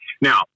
now